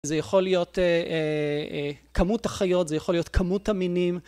זה יכול להיות כמות החיות, זה יכול להיות כמות המינים.